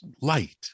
light